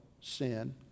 sin